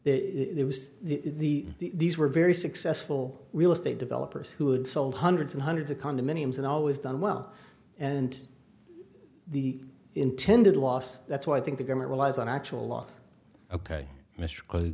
it was the these were very successful real estate developers who had sold hundreds and hundreds of condominiums and always done well and the intended loss that's why i think the government relies on actual loss ok mr